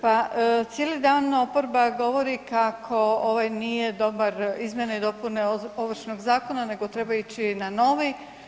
Pa cijeli dan oporaba govori kako nisu dobre izmjene i dopune Ovršnog zakona nego treba ići na novi.